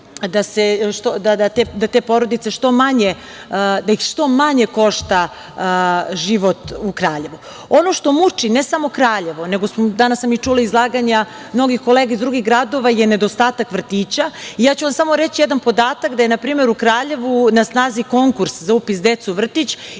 da te porodice što manje košta život u Kraljevu. Ono što muči, ne samo Kraljevo, nego sam danas čula izlaganja mnogih kolega iz drugih gradova, je nedostatak vrtića. Ja ću vam reći samo jedan podatak, da je npr. u Kraljevu na snazi konkurs za upis dece u vrtić